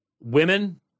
women